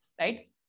right